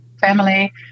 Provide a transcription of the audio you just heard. family